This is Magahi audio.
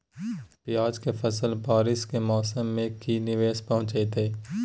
प्याज के फसल बारिस के मौसम में की निवेस पहुचैताई?